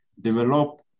develop